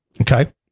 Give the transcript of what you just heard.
Okay